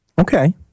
Okay